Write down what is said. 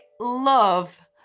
love